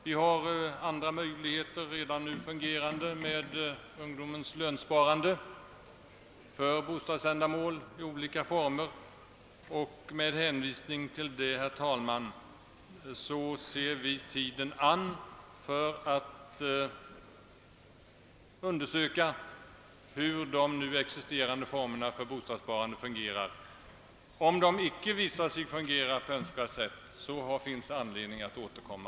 Det finns redan andra möjligheter till ungdomens lönsparande för bostadsändamål i olika former. Med hänvisning till detta, herr talman, vill vi se tiden an för att undersöka hur de redan existerande formerna för bostadssparande fungerar. Om dessa visar sig icke fungera på önskat sätt, är det anledning återkomma.